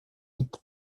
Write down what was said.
hit